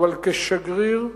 אבל כשגריר,